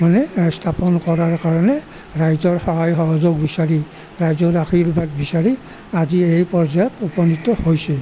মানে স্থাপন কৰাৰ কাৰণে ৰাইজৰ সহায় সহযোগ বিচাৰি ৰাইজৰ আৰ্শীবাদ বিচাৰি আজি এই পৰ্যায়ত উপনীত হৈছে